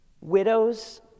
Widows